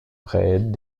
prés